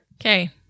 Okay